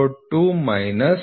003 mm Gap Gauge Go side M